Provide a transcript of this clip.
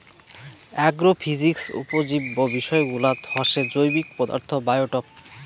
agrophysics উপজীব্য বিষয়গুলাত হসে জৈবিক পদার্থ, বায়োটোপ